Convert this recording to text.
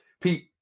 Pete